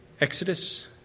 Exodus